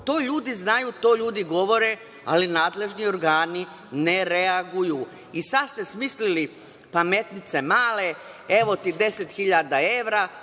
To ljudi znaju, to ljudi govore, ali nadležni organi ne reaguju. Sada ste smislili, pametnice male, evo ti 10.000 evra